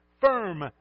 firm